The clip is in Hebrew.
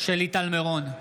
שלי טל מירון,